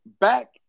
back